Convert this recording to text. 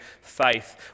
faith